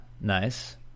Nice